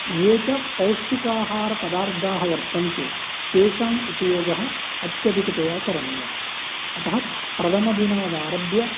ये च पौष्टिकाहारपदार्थाः वर्तन्ते तेषामुपयोगः अत्यधिकतया करणीयः अतः प्रथमदिनादारभ्य